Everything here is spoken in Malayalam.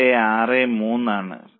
5263 ആണ്